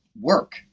work